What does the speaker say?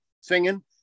singing